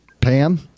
Pam